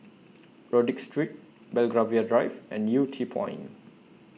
Rodyk Street Belgravia Drive and Yew Tee Point